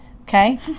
okay